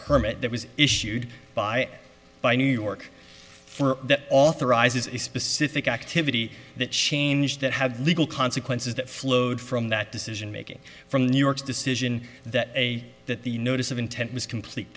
permit that was issued by by new york that authorizes a specific activity that change that have legal consequences that flowed from that decision making from new york's decision that a that the notice of intent was complete